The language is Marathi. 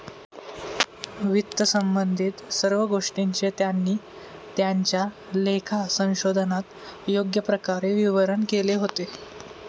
वित्तसंबंधित सर्व गोष्टींचे त्यांनी त्यांच्या लेखा संशोधनात योग्य प्रकारे विवरण केले होते